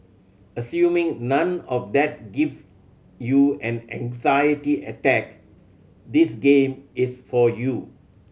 assuming none of that gives you an anxiety attack this game is for you